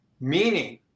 meaning